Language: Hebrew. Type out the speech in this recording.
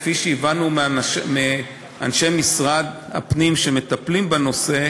כפי שהבנו מאנשי משרד הפנים שמטפלים בנושא,